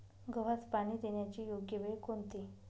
गव्हास पाणी देण्याची योग्य वेळ कोणती?